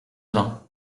vin